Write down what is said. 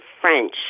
French